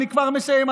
אני כבר מסיים,